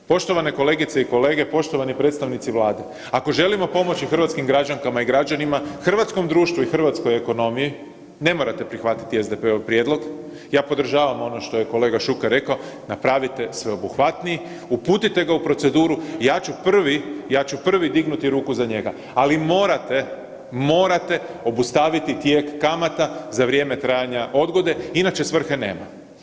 Poštovane kolegice i kolege, poštovani predstavnici Vlade, ako želimo pomoći hrvatskim građankama i građanima, hrvatskom društvu i hrvatskoj ekonomiji ne morate prihvatiti SDP-ov prijedlog, ja podržavam ono što je kolega Šuker rekao, napravite sveobuhvatni, uputite ga u proceduru, ja ću prvi, ja ću prvi dignuti ruku za njega, ali morate, morate obustaviti tijek kamata za vrijeme trajanja odgode, inače svrhe nema.